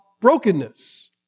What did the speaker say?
brokenness